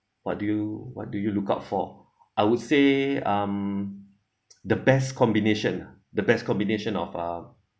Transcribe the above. what do you what do you look out for I would say um the best combination ah the best combination of uh